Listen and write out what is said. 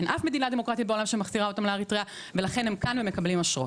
אין אף מדינה בעולם שמחזירה אותם לאריתריאה ולכן הם כאן ומקבלים אשרות.